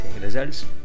Results